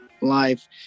life